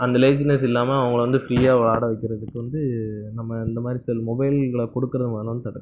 அந்த லேஸினஸ் இல்லாமல் அவங்கள வந்து ஃப்ரீயாக விளாட வைக்கிறதுக்கு வந்து நம்ம இந்த மாதிரி செல் மொபைல்களை கொடுக்கறது வேணான்னு தடுக்கலாம்